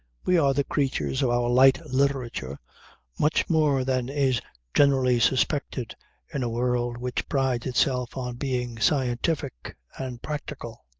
we are the creatures of our light literature much more than is generally suspected in a world which prides itself on being scientific and practical,